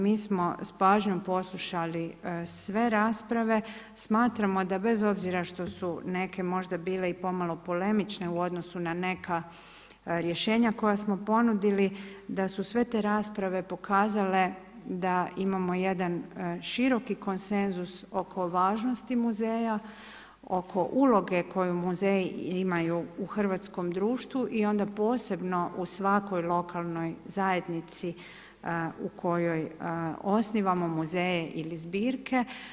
Mi smo s pažnjom poslušali sve rasprave, smatramo da bez obzira što su neke možda bile i pomalo polemične u odnosu na neka rješenja koja smo ponudili, da su sve te rasprave pokazale da imamo jedan široki konsenzus oko važnosti muzeja, oko uloge koju muzeji imaju u hrvatskom društvu i onda posebno u svakoj lokalnoj zajednici u kojoj osnivamo muzeje ili zbirke.